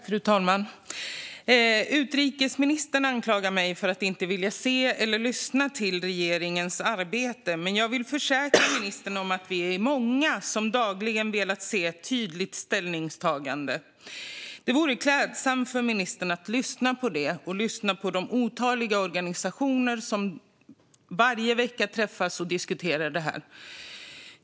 Fru talman! Utrikesministern anklagar mig för att inte vilja se eller lyssna till regeringens arbete. Jag vill försäkra ministern om att vi är många som dagligen velat se ett tydligt ställningstagande. Det vore klädsamt om ministern lyssnade på detta och på de otaliga organisationer som varje vecka träffas och diskuterar detta.